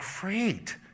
great